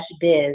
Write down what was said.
biz